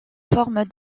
forme